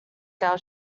gal